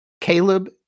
Caleb